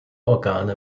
organe